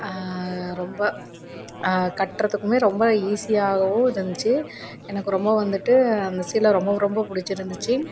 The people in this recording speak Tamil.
ரொம்ப கட்டுறத்துக்குமே ரொம்ப ஈஸியாகவும் இருந்துச்சி எனக்கு ரொம்ப வந்துட்டு அந்த சீலை ரொம்ப ரொம்ப பிடிச்சிருந்துச்சி